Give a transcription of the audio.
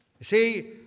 see